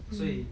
mm